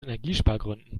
energiespargründen